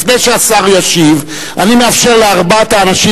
לפני שהשר ישיב אני מאפשר לארבעת האנשים